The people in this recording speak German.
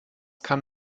kann